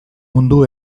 mundu